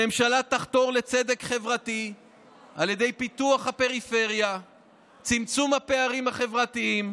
הממשלה תחתור לצדק חברתי על ידי פיתוח הפריפריה וצמצום הפערים החברתיים,